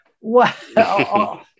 wow